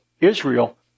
Israel